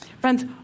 Friends